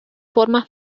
forma